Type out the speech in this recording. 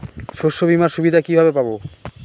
শস্যবিমার সুবিধা কিভাবে পাবো?